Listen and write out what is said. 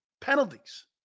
penalties